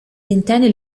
ventenne